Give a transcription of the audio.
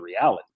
reality